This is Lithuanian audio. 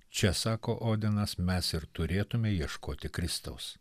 čia sako odenas mes ir turėtume ieškoti kristaus